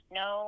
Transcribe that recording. no